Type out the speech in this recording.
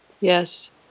yes